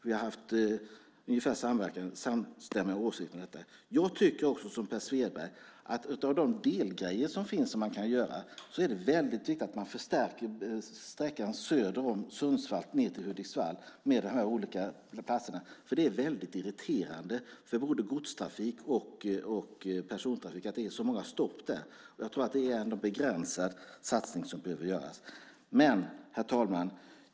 Vi har haft nästan samstämmiga åsikter om detta. Jag tycker också som Per Svedberg att av de delsaker som finns och som man kan göra är det väldigt viktigt att man förstärker sträckan söder om Sundsvall ned till Hudiksvall med dessa olika platser. Det är nämligen väldigt irriterande för både godstrafik och persontrafik att det är så många stopp där. Jag tror att det är en begränsad satsning som behöver göras. Herr talman!